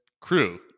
crew